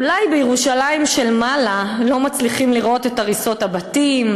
אולי בירושלים של מעלה לא מצליחים לראות את הריסות הבתים,